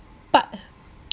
but